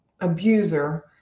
abuser